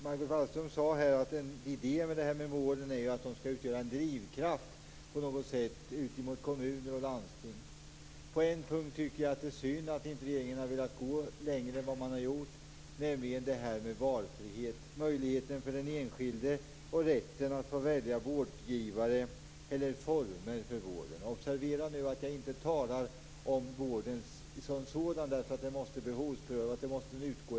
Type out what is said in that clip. Margot Wallström sade här att en idé med målen är att de på något sätt skall utgöra en drivkraft gentemot kommuner och landsting. På en punkt är det emellertid synd att regeringen inte har velat gå längre än man har gjort. Det gäller då valfriheten, den enskildes möjligheter och rätt att få välja vårdgivare, eller former för vården. Observera att jag inte talar om vården som sådan! Det måste ju ske en behovsprövning. Behoven är alltså styrande.